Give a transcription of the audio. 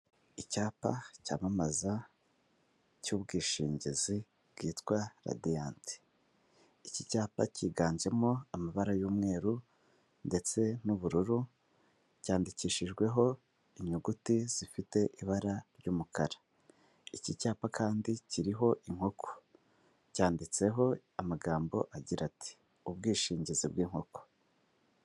Icyapa cyamamaza cy'ubwishingizi bwitwa Radiant, iki cyapa cyiganjemo amabara y'umweru ndetse n'ubururu, cyandikishijweho inyuguti zifite ibara ry'umukara, iki cyapa kandi kiriho inkoko, cyanditseho amagambo agira ati: ubwishingizi bw'inkoko.